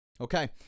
Okay